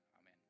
Amen